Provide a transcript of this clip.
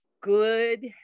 good